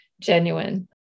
genuine